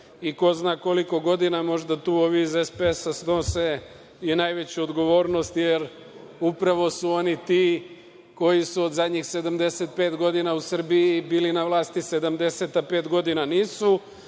i ko zna koliko godina, možda tu ovi iz SPS snose i najveću odgovornost jer upravo su oni ti koji su od zadnjih 75 godina u Srbiji bili na vlasti 70, a pet godina nisu,